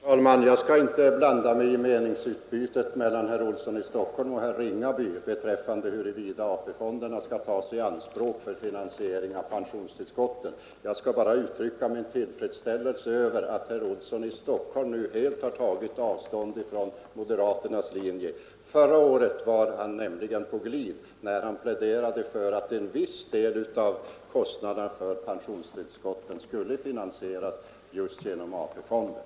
Herr talman! Jag skall inte blanda mig i meningsutbytet mellan herrar Olsson i Stockholm och Ringaby beträffande huruvida AP-fonderna skall tas i anspråk för finansiering av pensionstillskotten. Jag skall bara uttrycka min tillfredsställelse över att herr Olsson i Stockholm nu helt har tagit avstånd från moderaternas linje. Förra året var han nämligen på glid när han pläderade för att en viss del av kostnaderna för pensionstillskotten skulle finansieras just genom AP-fonderna.